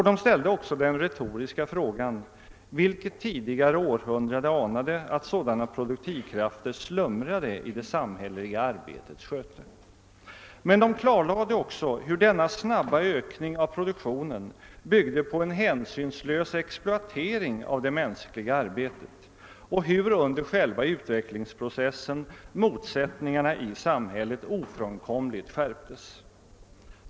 De ställde också den retoriska frågan: »Vilket tidigare århundrade anade att sådana produktivkrafter slumrade i det samhälleliga arbetets sköte?» Men de klarlade även hur denna snabba ökning av produktionen byggde på en hänsynslös exploatering av det mänskliga arbetet och hur under själva utvecklingsprocessen motsättningarna i samhället ofrånkomligt skärptes.